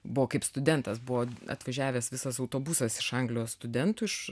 buvo kaip studentas buvo atvažiavęs visas autobusas iš anglijos studentų iš